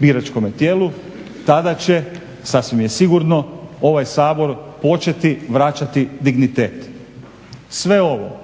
biračkom tijelu tada će, sasvim je sigurno, ovaj Sabor početi vraćati dignitet. Sve ovo